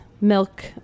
Milk